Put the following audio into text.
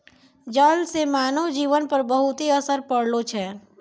जल से मानव जीवन पर बहुते असर पड़लो छै